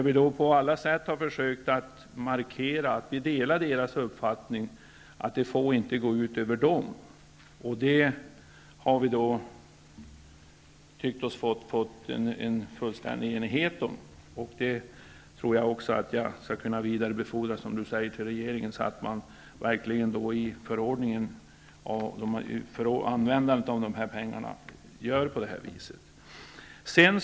Vi har på alla sätt försökt markera att vi delar deras uppfattning att åtgärden inte får gå ut över dem. Det har vi tyckt oss få fullständig enighet om -- och det tror jag också att jag skall kunna vidarebefordra till regeringen, som Lena Öhrsvik säger, så att man i förordningen om användandet av de här pengarna tar hänsyn till detta.